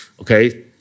Okay